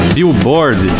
Billboard